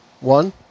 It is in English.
One